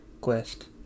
quest